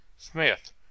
Smith